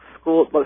school